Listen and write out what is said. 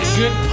good